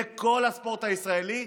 לכל הספורט הישראלי,